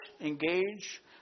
engage